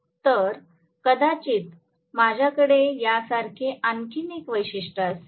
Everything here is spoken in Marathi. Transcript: तर कदाचित माझ्याकडे यासारखे आणखी एक वैशिष्ट्य असेल